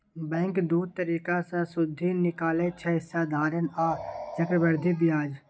bank दु तरीका सँ सुदि निकालय छै साधारण आ चक्रबृद्धि ब्याज